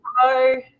hello